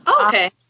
Okay